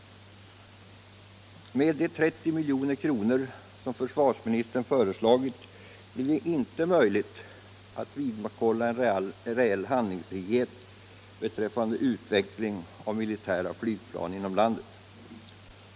Med de 30 milj.kr. som försvarsministern föreslagit blir det inte möjligt att vidmakthålla en reell handlingsfrihet beträffande utveckling av militära flygplan inom landet.